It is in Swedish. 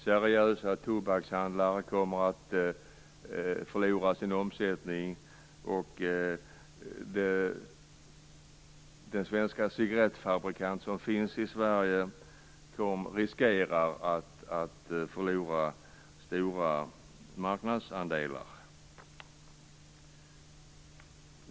Seriösa tobakshandlare kommer att förlora i omsättning. Den svenska cigarettfabrikant som finns i Sverige riskerar att förlora stora marknadsandelar.